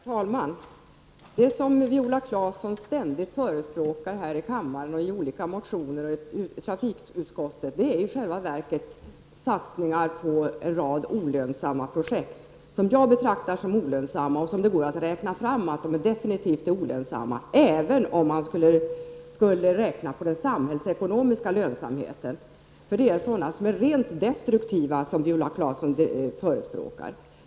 Herr talman! Det som Viola Claesson förespråkar här i kammaren, i olika motioner och i trafikutskottet, är i själva verket satsningar på en rad olönsamma projekt. Jag betraktar dem som olönsamma, och det går att räkna fram att de är definitivt olönsamma, även om man skulle räkna på den samhällsekonomiska lönsamheten -- för det är sådana projekt som är rent destruktiva som Viola Claesson förespråkar.